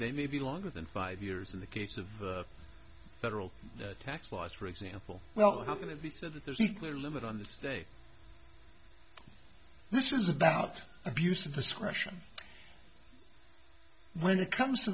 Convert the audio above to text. they may be longer than five years in the case of federal tax laws for example well how can it be said that there's a clear limit on the state this is about abuse of discretion when it comes to